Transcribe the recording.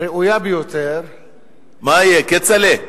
ראויה ביותר, מה יהיה, כצל'ה?